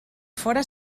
fóra